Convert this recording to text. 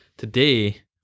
Today